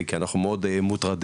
כי אנחנו מאוד מוטרדים,